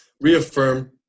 reaffirm